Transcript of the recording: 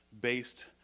based